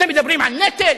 אתם מדברים על נטל?